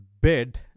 bed